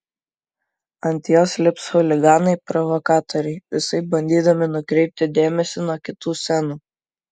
ant jos lips chuliganai provokatoriai visaip bandydami nukreipti dėmesį nuo kitų scenų